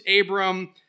Abram